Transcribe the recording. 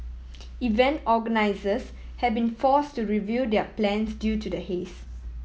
event organisers have been force to review their plans due to the haze